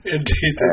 Indeed